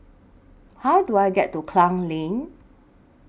How Do I get to Klang Lane